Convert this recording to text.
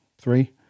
three